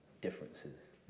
differences